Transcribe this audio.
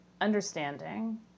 Understanding